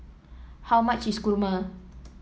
How much is kurma